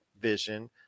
Vision